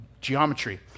geometry